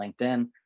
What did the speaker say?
LinkedIn